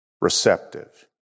receptive